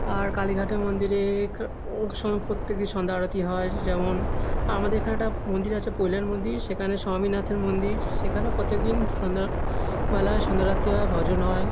আর কালীঘাটের মন্দিরে ক ওক প্রত্যেক দিন সন্ধ্যা আরতি হয় যেমন আমাদের এখানে একটা মন্দির আছে পোলের মন্দির সেখানে স্বামীনাথের মন্দির সেখানেও প্রত্যেক দিন সন্ধ্যা বেলা সন্ধ্যারতি হয় ভজন হয়